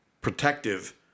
protective